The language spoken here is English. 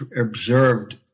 observed